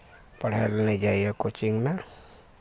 पढ़ै लए नहि जाइया कोचिंगमे